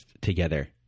together